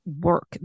work